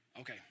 Okay